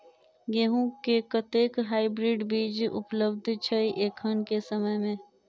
गेंहूँ केँ कतेक हाइब्रिड बीज उपलब्ध छै एखन केँ समय मे?